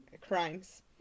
crimes